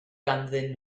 ganddyn